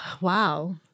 Wow